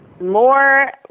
more